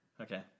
Okay